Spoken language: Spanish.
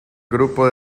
grupo